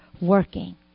working